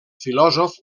filòsof